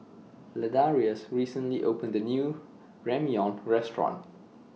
Ladarius recently opened A New Ramyeon Restaurant